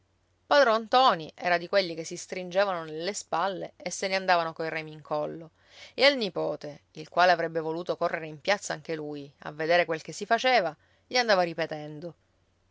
padron ntoni era di quelli che si stringevano nelle spalle e se ne andavano coi remi in collo e al nipote il quale avrebbe voluto correre in piazza anche lui a vedere quel che si faceva gli andava ripetendo